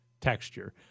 texture